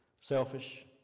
selfish